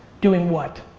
doing what?